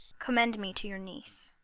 commend me to your niece.